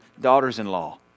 daughters-in-law